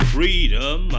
Freedom